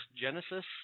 Genesis